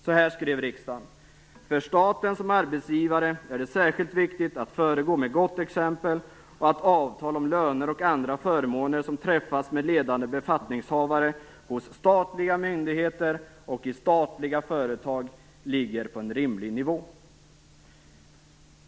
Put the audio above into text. Så här skrev riksdagen: "För staten som arbetsgivare är det särskilt viktigt att föregå med gott exempel och att avtal om löner och andra förmåner som träffas med ledande befattningshavare hos statliga myndigheter och i statliga företag ligger på en rimlig nivå."